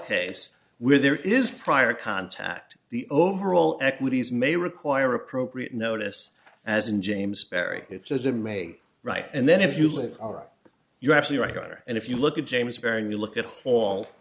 case where there is prior contact the overall equities may require appropriate notice as in james perry it says in may right and then if you live are you actually write a letter and if you look at james bearing you look at